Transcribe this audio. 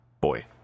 boy